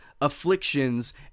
afflictions